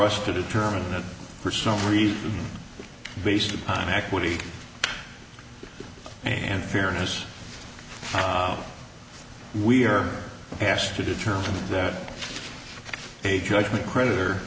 to determine that for some reason based on equity and fairness we are asked to determine that a judgment creditor